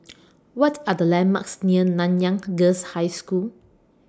What Are The landmarks near Nanyang Girls' High School